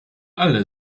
alle